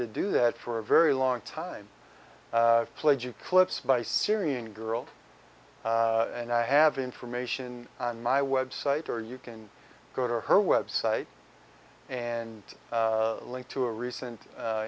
to do that for a very long time pledge of clips by syrian girl and i have information on my website or you can go to her web site and link to a recent